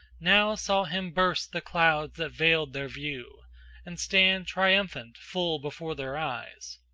now saw him burst the clouds that veiled their view and stand triumphant full before their eyes.